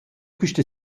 quista